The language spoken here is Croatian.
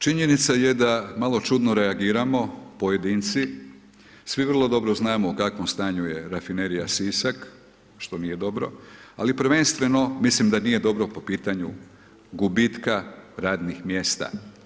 Činjenica je da malo čudno reagiramo, pojedinci, svi vrlo dobro znamo u kakvom stanju je rafinerija Sisak, što nije dobro, ali prvenstveno, mislim da nije dobro po pitanju gubitka radnih mjesta.